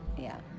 yeah.